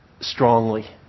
strongly